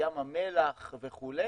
ים המלח וכו',